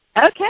Okay